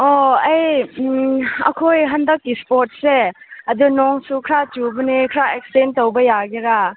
ꯑꯣ ꯑꯩ ꯑꯩꯈꯣꯏ ꯍꯟꯗꯛꯀꯤ ꯏꯁꯄꯣꯔꯠꯁꯁꯦ ꯑꯗꯨ ꯅꯣꯡꯁꯨ ꯈꯔ ꯆꯨꯕꯅꯦ ꯈꯔ ꯑꯦꯛꯁꯇꯦꯟ ꯇꯧꯕ ꯌꯥꯒꯦꯔꯥ